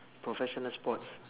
professional sports